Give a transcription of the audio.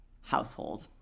household